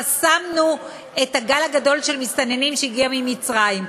חסמנו את הגל הגדול של מסתננים שהגיע ממצרים,